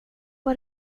var